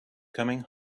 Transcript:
coming